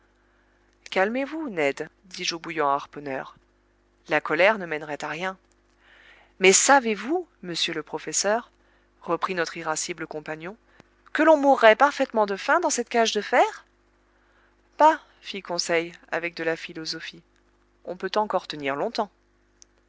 calmez-vous ned dis-je au bouillant harponneur la colère ne mènerait à rien mais savez-vous monsieur le professeur reprit notre irascible compagnon que l'on mourrait parfaitement de faim dans cette cage de fer bah fit conseil avec de la philosophie on peut encore tenir longtemps